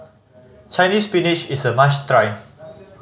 Chinese Spinach is a must try